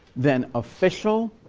then official,